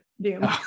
Doom